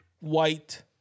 white